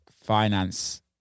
finance